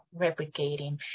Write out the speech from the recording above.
replicating